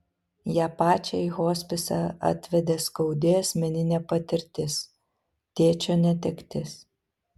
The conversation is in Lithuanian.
ją pačią į hospisą atvedė skaudi asmeninė patirtis tėčio netektis